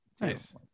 Nice